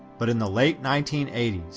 but, in the late nineteen eighty s,